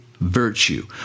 virtue